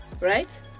right